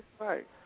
Right